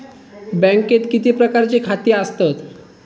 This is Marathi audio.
बँकेत किती प्रकारची खाती आसतात?